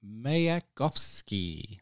Mayakovsky